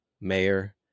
mayor